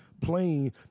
plane